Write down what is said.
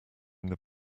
their